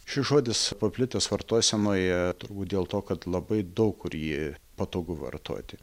šis žodis paplitęs vartosenoje turbūt dėl to kad labai daug kur jį patogu vartoti